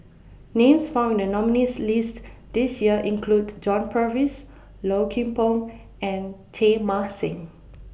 Names found in The nominees' list This Year include John Purvis Low Kim Pong and Teng Mah Seng